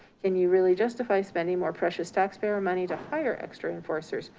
can you really justify spending more precious taxpayer money to hire extra enforcers